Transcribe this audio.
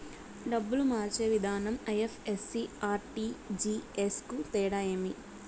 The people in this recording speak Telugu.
డబ్బులు మార్చే విధానం ఐ.ఎఫ్.ఎస్.సి, ఆర్.టి.జి.ఎస్ కు తేడా ఏమి?